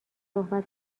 صحبت